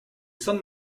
san